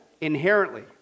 inherently